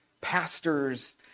pastors